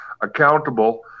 accountable